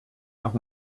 noch